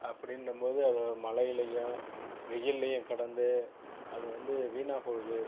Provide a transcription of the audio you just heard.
அப்படின்னும் போது அது மழையிலேயும் வெயில்லேயும் கடந்து அது வந்து வீணாக போகுது